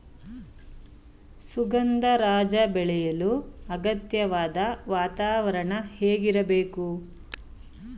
ಸುಗಂಧರಾಜ ಬೆಳೆಯಲು ಅಗತ್ಯವಾದ ವಾತಾವರಣ ಹೇಗಿರಬೇಕು?